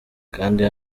kanda